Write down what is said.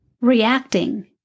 Reacting